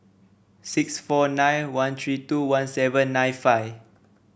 six four nine one three two one seven nine five